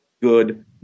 good